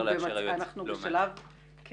אני